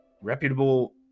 reputable